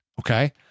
Okay